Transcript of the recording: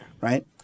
Right